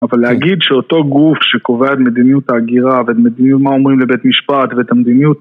אבל להגיד שאותו גוף שקובע את מדיניות ההגירה ואת מדיניות מה אומרים לבית משפט ואת המדיניות